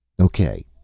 okay,